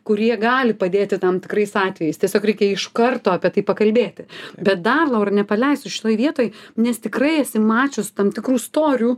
kurie gali padėti tam tikrais atvejais tiesiog reikia iš karto apie tai pakalbėti bet dar laura nepaleisiu šitoj vietoj nes tikrai esi mačius tam tikrų storių